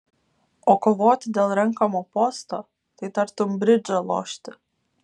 o kovoti dėl renkamo posto tai tartum bridžą lošti